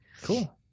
Cool